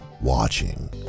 watching